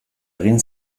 egin